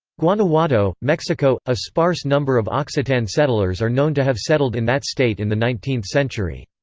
guanajuato, mexico a sparse number of occitan settlers are known to have settled in that state in the nineteenth century.